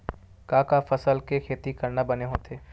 का का फसल के खेती करना बने होथे?